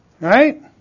right